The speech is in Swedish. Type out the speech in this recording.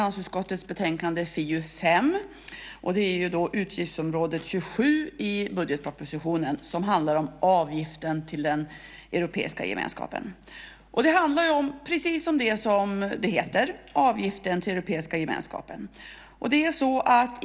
Herr talman! Vi ska nu debattera finansutskottets betänkande FiU5. Det är utgiftsområde 27 i budgetpropositionen som handlar om avgiften till Europeiska gemenskapen. Det handlar om precis vad det heter, nämligen avgiften till Europeiska gemenskapen.